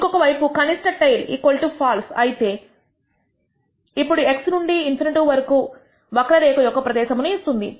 ఇంకొకవైపు కనిష్ట tail FALSE అయితే ఇప్పుడు x నుండి ∞ వరకు ఉండే వక్రరేఖ యొక్క ప్రదేశము ఇస్తుంది